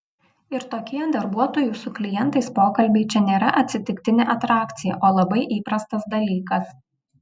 ir tokie darbuotojų su klientais pokalbiai čia nėra atsitiktinė atrakcija o labai įprastas dalykas